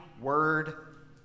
word